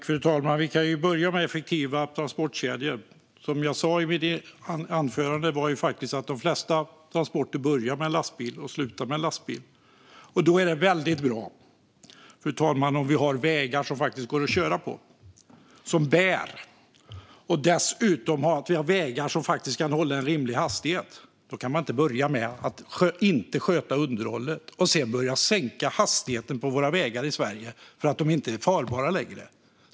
Fru talman! Vi kan börja med effektiva transportkedjor. Som jag sa i mitt anförande börjar och slutar de flesta transportkedjor med lastbil. Då är det väldigt bra om vi har vägar som bär och som det faktiskt går att köra på. Dessutom är det bra om vi har vägar där det går att hålla en rimlig hastighet. Då kan man inte börja med att inte sköta underhållet och sedan sänka hastigheten på våra vägar för att de inte är farbara längre.